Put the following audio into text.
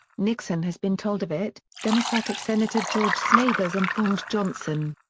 nixon has been told of it, democratic senator george smathers informed johnson.